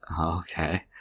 Okay